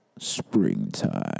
springtime